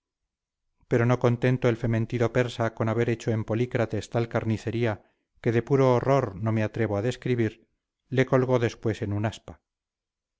pero no contento el fementido persa con haber hecho en polícrates tal carnicería que de puro horror no me atrevo a describir le colgó después en una aspa